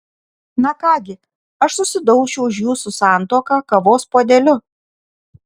na ką gi aš susidaušiu už jūsų santuoką kavos puodeliu